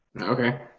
Okay